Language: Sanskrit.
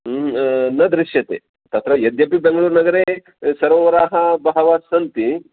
न दृश्यते तत्र यद्यपि बेङ्गळूरुनगरे सरोवराः बहवस्सन्ति